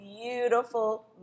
beautiful